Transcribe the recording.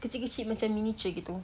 kecil kecil macam miniature gitu